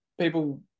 people